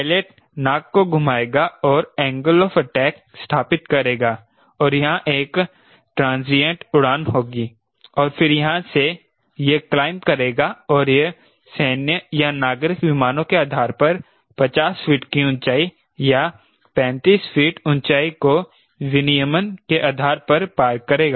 pilot नाक को घुमाएगा और एंगल ऑफ अटैक स्थापित करेगा और यहां एक ट्रांसिएंट उड़ान होगी और फिर यहां से यह क्लाइंब करेगा और यह सैन्य या नागरिक विमानों के आधार पर 50 फीट की ऊंचाई या 35 फीट ऊंचाई को विनियमन के आधार पर पार करेगा